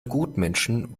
gutmenschen